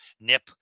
Nip